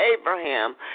Abraham